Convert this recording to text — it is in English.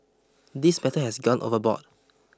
this matter has gone overboard